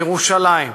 בירושלים?